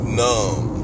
numb